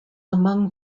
among